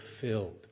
filled